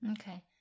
Okay